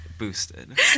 boosted